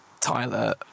Tyler